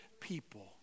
people